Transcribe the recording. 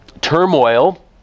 turmoil